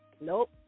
Nope